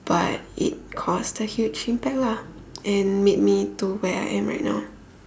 but it caused a huge impact lah and made me to where I am right now